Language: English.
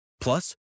plus